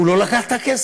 הוא לא לקח את הכסף.